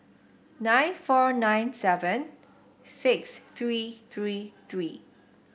nine four nine seven six three three three